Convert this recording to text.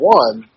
one